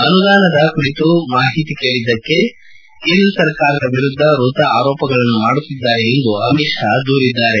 ಅನುದಾನದ ಕುರಿತು ಮಾಹಿತಿ ಕೇಳಿದ್ಲಕ್ಕೆ ಕೇಂದ್ರ ಸರಕಾರದ ವಿರುದ್ಲ ವ್ಯಥಾ ಆರೋಪಗಳನ್ನು ಮಾಡುತ್ತಿದ್ಲಾರೆ ಎಂದು ಅಮಿತ್ ಶಾ ತಿಳಿಸಿದ್ಲಾರೆ